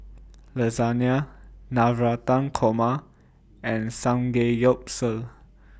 Lasagna Navratan Korma and Samgeyopsal